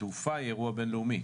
התעופה היא אירוע בין-לאומי.